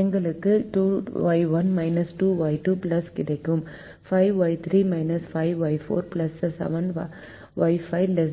எங்களுக்கு 2Y1 2Y2 கிடைக்கும் 5Y3 5Y4 7Y5 ≤ 5